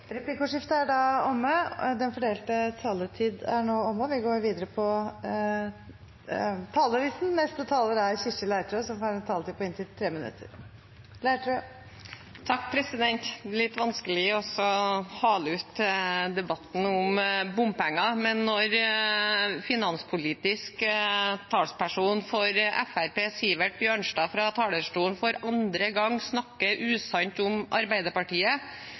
Replikkordskiftet er da omme. De talerne som heretter får ordet, har også en taletid på inntil 3 minutter. Det blir litt vanskelig å hale ut debatten om bompenger, men når den finanspolitiske talspersonen for Fremskrittspartiet, Sivert Bjørnstad, for andre gang fra talerstolen snakker usant om Arbeiderpartiet,